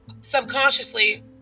subconsciously